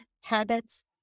habits